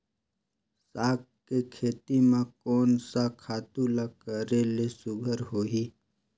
साग के खेती म कोन स खातु ल करेले सुघ्घर होही?